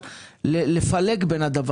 יש לנו דיון חשוב מאוד